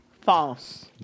False